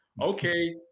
okay